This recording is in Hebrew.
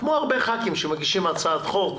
כמו שחברי כנסת יוצרים הצעות חוק,